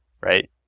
right